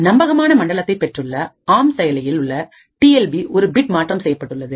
நம்பகமான மண்டலத்தை பெற்றுள்ள ஆம் செயலி இல் உள்ள டி எல் பி இல் ஒரு பிட் மாற்றம் செய்யப்பட்டுள்ளது